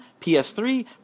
PS3